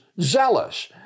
zealous